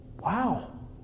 Wow